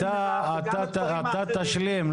תשלים.